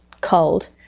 cold